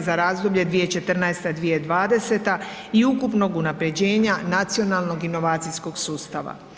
za razdoblje 2014. – 2020. i ukupnog unapređenja nacionalnog inovacijskog sustava.